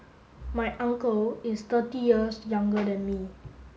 my uncle is thirty years younger than me